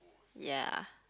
ya